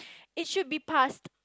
it should be passed